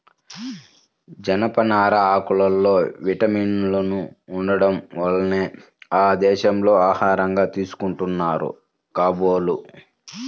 జనపనార ఆకుల్లో విటమిన్లు ఉండటం వల్లనే ఆ దేశాల్లో ఆహారంగా తీసుకుంటున్నారు కాబోలు